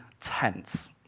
tense